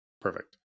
perfect